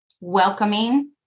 welcoming